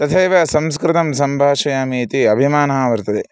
तथैव संस्कृतं सम्भाषयामि अभिमानः वर्तते